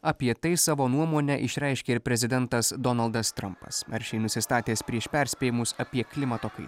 apie tai savo nuomonę išreiškė ir prezidentas donaldas trumpas aršiai nusistatęs prieš perspėjimus apie klimato kaitą